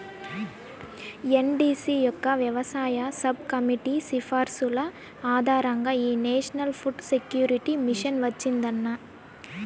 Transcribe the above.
NDC యొక్క వ్యవసాయ sub committee సిఫార్సుల ఆధారంగా ఈ నేషనల్ ఫుడ్ సెక్యూరిటీ మిషన్ వచ్చిందన్న